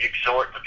exhort